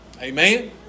Amen